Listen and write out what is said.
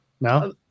No